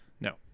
no